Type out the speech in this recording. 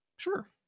Sure